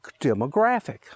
demographic